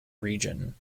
region